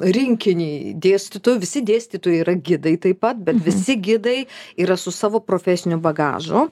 rinkinį dėstytojų visi dėstytojai yra gidai taip pat bet visi gidai yra su savo profesiniu bagažu